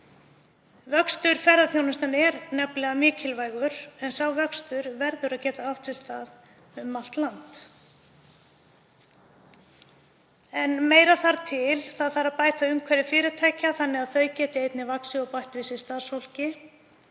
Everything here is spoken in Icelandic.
Vöxtur ferðaþjónustunnar er nefnilega mikilvægur, en sá vöxtur verður að geta átt sér stað um allt land. En meira þarf til. Það þarf að bæta umhverfi fyrirtækja þannig að þau geti einnig vaxið og bætt við sig starfsfólki,